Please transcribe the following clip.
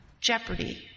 Jeopardy